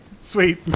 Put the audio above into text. Sweet